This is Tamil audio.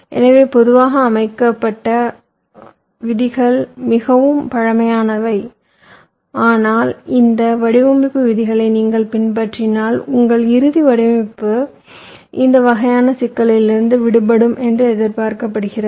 எனவே பொதுவாக வடிவமைக்கப்பட்ட விதிகள் மிகவும் பழமைவாதமானவை ஆனால் இந்த வடிவமைப்பு விதிகளை நீங்கள் பின்பற்றினால் உங்கள் இறுதி வடிவமைப்பு இந்த வகையான சிக்கல்களிலிருந்து விடுபடும் என்று எதிர்பார்க்கப்படுகிறது